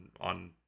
on